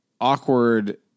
awkward